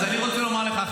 אז אני רוצה לומר לך,